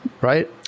Right